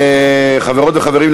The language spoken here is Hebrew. חברות וחברים,